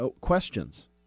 questions